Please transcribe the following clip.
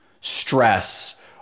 stress